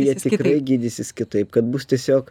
jie tikrai gydysis kitaip kad bus tiesiog